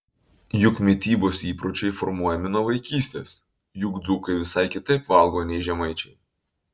juk mitybos įpročiai formuojami nuo vaikystės juk dzūkai visai kitaip valgo nei žemaičiai